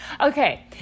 Okay